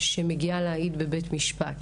שמגיעה להעיד בבית-משפט,